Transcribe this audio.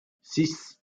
six